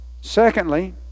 Secondly